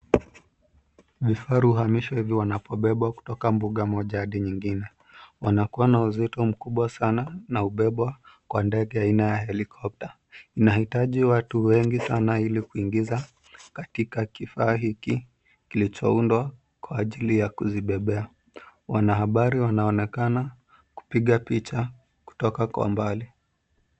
Vifaru huhamishwa hivi nanapobebwa kutoka mbuga moja hadi nyingine. Wanakuwa na uzito mkubwa sana, na hubebwa kwa ndege aina ya helikopta. Inahitaji watu wengi sana ili kuingiza katika kifaa hiki kilichoundwa kwa ajili ya kuzibebea. Wanahabari wanaonekana wakipiga picha kutoka mbali